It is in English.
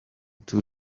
two